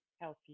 healthy